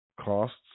costs